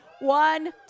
One